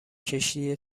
کشتی